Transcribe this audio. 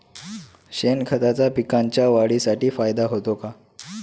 शेणखताचा पिकांच्या वाढीसाठी फायदा होतो का?